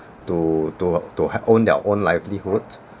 to to to h~ own their own livelihood